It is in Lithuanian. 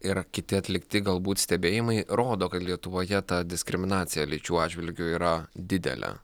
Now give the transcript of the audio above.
ir kiti atlikti galbūt stebėjimai rodo kad lietuvoje ta diskriminacija lyčių atžvilgiu yra didelė